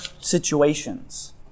situations